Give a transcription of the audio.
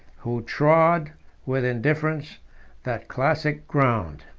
who trod with indifference that classic ground.